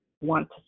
want